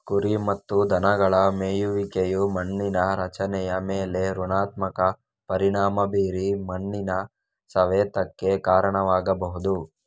ಕುರಿ ಮತ್ತು ದನಗಳ ಮೇಯುವಿಕೆಯು ಮಣ್ಣಿನ ರಚನೆಯ ಮೇಲೆ ಋಣಾತ್ಮಕ ಪರಿಣಾಮ ಬೀರಿ ಮಣ್ಣಿನ ಸವೆತಕ್ಕೆ ಕಾರಣವಾಗ್ಬಹುದು